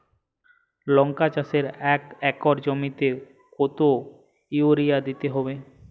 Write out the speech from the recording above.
লংকা চাষে এক একর জমিতে কতো ইউরিয়া দিতে হবে?